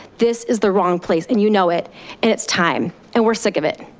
this is the wrong place and you know it. and it's time and we're sick of it.